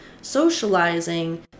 socializing